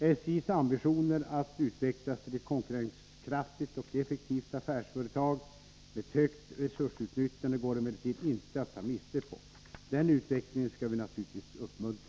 SJ:s ambitioner att utvecklas till ett konkurrenskraftigt och effektivt affärsföretag med ett högt resursutnyttjande går emellertid inte att ta miste på. Den utvecklingen skall vi naturligtvis uppmuntra.